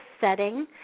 setting